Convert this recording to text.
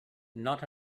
not